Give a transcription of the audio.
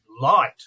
light